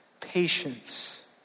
patience